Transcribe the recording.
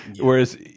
whereas